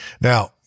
now